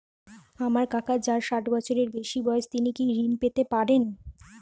আমার কাকা যার ষাঠ বছরের বেশি বয়স তিনি কি ঋন পেতে পারেন?